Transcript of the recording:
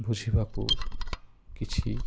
ବୁଝିବାକୁ କିଛି